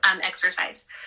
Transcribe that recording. exercise